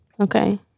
Okay